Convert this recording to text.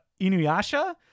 Inuyasha